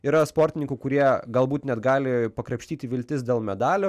yra sportininkų kurie galbūt net gali pakrapštyti viltis dėl medalio